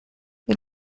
wie